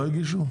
לא הגישו?